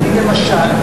אני, למשל,